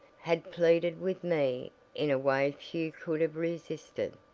had pleaded with me in a way few could have resisted,